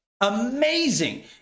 amazing